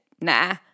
nah